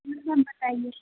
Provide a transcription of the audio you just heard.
اور سب بتائیے